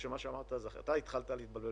אתה התחלת להתבלבל,